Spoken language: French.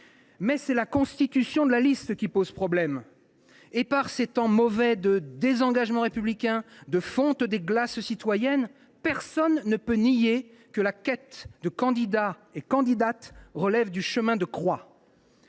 C’est la constitution de la liste qui pose problème. Et par ces temps mauvais de désengagement républicain, de fonte des glaces citoyennes, personne ne peut nier que la quête de candidats et de candidates relève du chemin de croix.